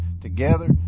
together